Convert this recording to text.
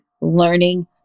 learning